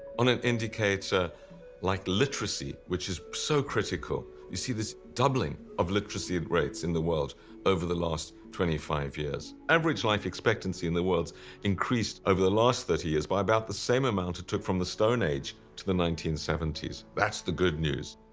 on an indicator like literacy which is so critical, you see the doubling of literacy and rates in the world over the last twenty five years, average life expectancy in the world increased over the last thirty years by about the same amount it took from the stone age to the nineteen seventy s, that's the good news.